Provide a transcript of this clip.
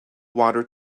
water